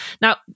Now